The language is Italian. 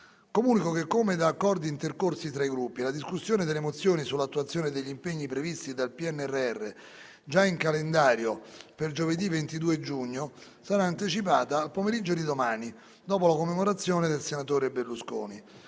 Comunico che, come da accordi intercorsi tra i Gruppi, la discussione delle mozioni sull'attuazione degli impegni previsti dal PNRR, già in calendario per giovedì 22 giugno, sarà anticipata al pomeriggio di domani, dopo la commemorazione del senatore Berlusconi.